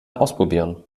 ausprobieren